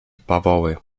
bawoły